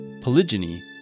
polygyny